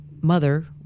mother